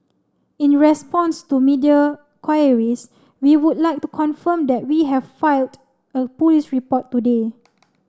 in response to media queries we would like to confirm that we have filed a police report today